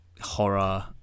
horror